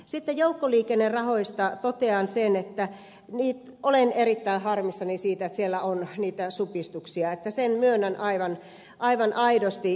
sitten joukkoliikennerahoista totean sen että olen erittäin harmissani siitä että siellä on niitä supistuksia sen myönnän aivan aidosti